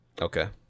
Okay